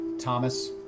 Thomas